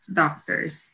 doctors